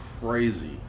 crazy